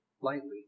lightly